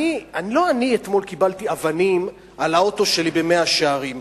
לא אני קיבלתי אתמול אבנים על האוטו שלי במאה-שערים,